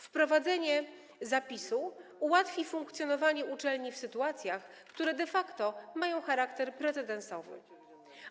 Wprowadzenie zapisu ułatwi funkcjonowanie uczelni w sytuacjach, które de facto mają charakter precedensowy.